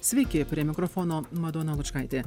sveiki prie mikrofono madona lučkaitė